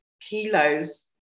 kilos